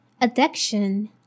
addiction